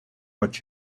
what